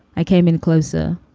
i came in closer,